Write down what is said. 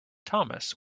thomas